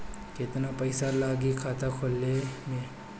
केतना पइसा लागी खाता खोले में?